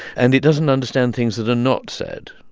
and it doesn't understand things that are not said.